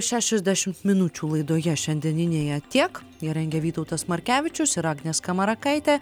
šešiasdešimt minučių laidoje šiandieninėje tiek ją rengė vytautas markevičius ir agnė skamarakaitė